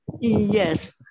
Yes